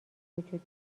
وجود